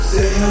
Say